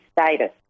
status